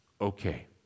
okay